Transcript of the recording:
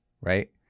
right